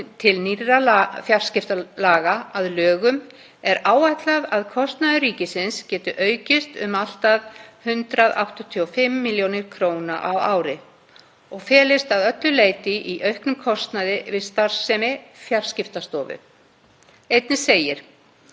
til nýrra fjarskiptalaga að lögum er áætlað að kostnaður ríkisins geti aukist um allt að 185 millj. kr. á ári og felist að öllu leyti í auknum kostnaði við starfsemi Fjarskiptastofu.“ Einnig segir: